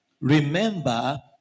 remember